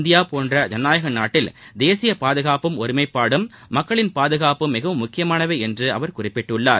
India போன்ற ஜனநாயக நாட்டில் தேசிய பாதுகாப்பும் ஒருமைப்பாடும் மக்களின் பாதுகாப்பும் மிகவும் முக்கியமானவை என்று அவர் குறிப்பிட்டுள்ளார்